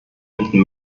enden